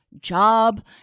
job